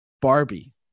Barbie